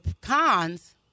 cons